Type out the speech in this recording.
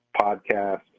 podcast